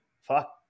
fuck